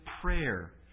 prayer